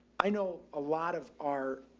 i know a lot of our,